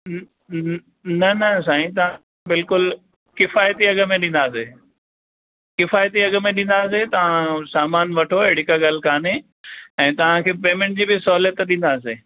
न न साईं तव्हां बिल्कुलु किफ़ाइती अघ में ॾींदासे किफ़ाइती अघ में ॾींदासे तव्हां सामानु वठो अहिड़ी का ॻाल्हि कान्हे ऐं तव्हां खे पेमेंट जी बि सहूलियत ॾींदासे